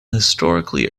historically